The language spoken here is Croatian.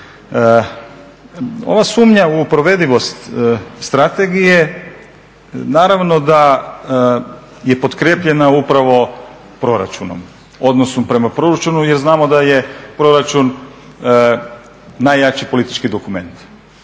Ova sumnja u provedivost strategije naravno da je pokrepljena upravo proračunom odnosno prema proračunu jer znamo da je proračun najjači politički dokument,